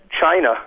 china